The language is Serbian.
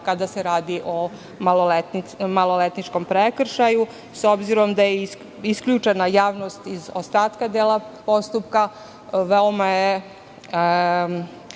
kada se radi o maloletničkom prekršaju. S obzirom da je isključena javnost iz ostatka postupka,